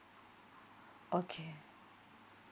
okay